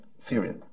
Syria